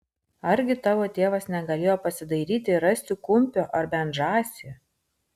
argi tavo tėvas negalėjo pasidairyti ir rasti kumpio ar bent žąsį